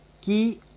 Key